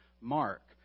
Mark